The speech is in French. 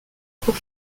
pour